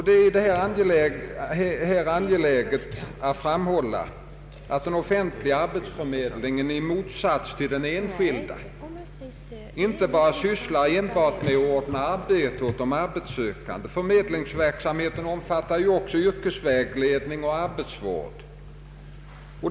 Det är angeläget att framhålla att den offentliga arbetsförmedlingen i motsats till den enskilda inte enbart sysslar med att ordna arbete åt de arbetssökande. Förmedlingsverksamheten omfattar också yrkesvägledning och arbetsvård.